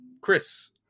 Chris